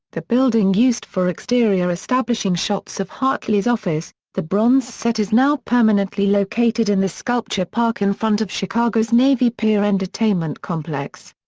the building used for exterior establishing shots of hartley's office, the bronze set is now permanently located in the sculpture park in front of chicago's navy pier entertainment complex.